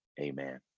Amen